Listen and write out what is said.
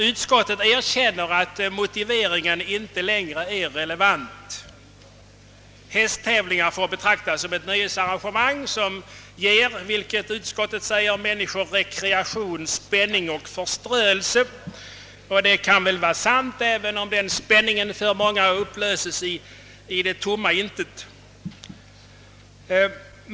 Utskottet erkänner, att motiveringen inte längre är relevant. Hästtävlingar får betraktas såsom ett nöjesarrangemang, som enligt utskottet ger »människor rekreation, spänning och förströelse». Det kan väl vara sant, även om den spänningen för många upplöses i tomma intet.